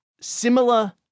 similar